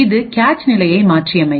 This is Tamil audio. இது கேச் நிலையை மாற்றியமைக்கும்